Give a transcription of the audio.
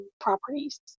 properties